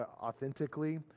authentically